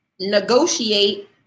negotiate